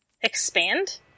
expand